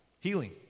Healing